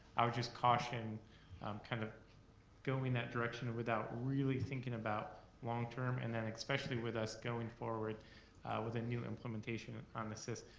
i would just caution kind of going that direction without really thinking about long-term. and then, especially with us going forward with a new implementation on an assist,